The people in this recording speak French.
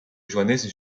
johannes